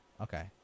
Okay